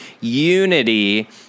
unity